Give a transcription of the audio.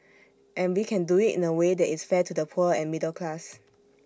and we can do IT in A way that is fair to the poor and middle class